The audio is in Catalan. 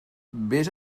vés